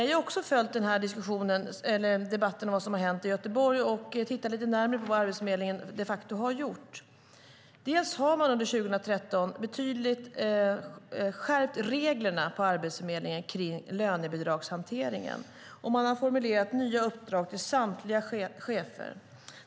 Jag har också följt debatten om vad som har hänt i Göteborg och tittat lite närmare på vad Arbetsförmedlingen de facto har gjort. Man har på Arbetsförmedlingen under 2013 skärpt reglerna betydligt kring lönebidragshanteringen. Man har formulerat nya uppdrag till samtliga chefer.